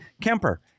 Kemper